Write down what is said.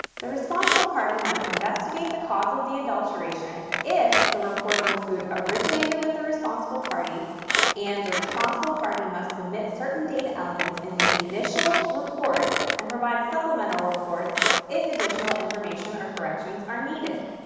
the responsible party must investigate the cause of the adulteration if the reportable food originated with the responsible party and the responsible party must submit certain date elements in the initial report and provide supplemental reports if additional information or corrections are needed.